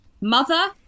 mother